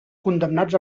condemnats